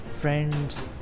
friends